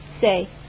say